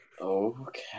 Okay